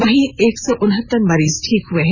वहीं एक सौ उनहत्तर मरीज ठीक हुए हैं